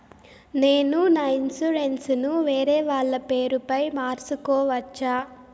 నేను నా ఇన్సూరెన్సు ను వేరేవాళ్ల పేరుపై మార్సుకోవచ్చా?